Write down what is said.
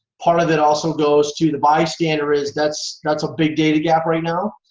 part of it also goes to the bystander is that's that's a big data gap right now.